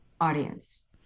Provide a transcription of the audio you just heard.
audience